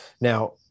Now